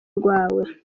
rwawe